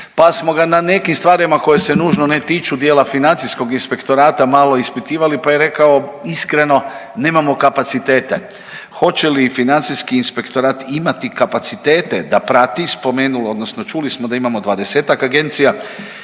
pa smo ga ne nekim stvarima koje se nužno ne tiču dijela financijskog inspektorata malo ispitivali pa je rekao iskreno nemamo kapacitete. Hoće li financijski inspektorat imati kapacitete da prati, spomenuo odnosno čuli smo da imamo 20-ak agencija,